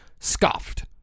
Scoffed